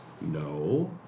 No